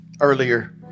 earlier